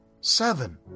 Seven